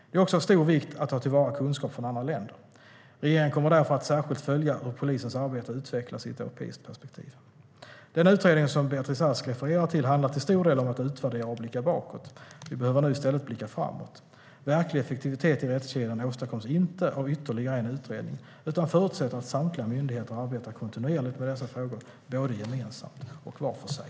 Det är också av stor vikt att ta till vara kunskap från andra länder. Regeringen kommer därför att särskilt följa hur polisens arbete utvecklas i ett europeiskt perspektiv. Den utredning som Beatrice Ask refererar till handlar till stor del om att utvärdera och att blicka bakåt. Vi behöver nu i stället blicka framåt. Verklig effektivitet i rättskedjan åstadkoms inte av ytterligare en utredning utan förutsätter att samtliga myndigheter arbetar kontinuerligt med dessa frågor, både gemensamt och var för sig.